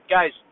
Guys